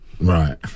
right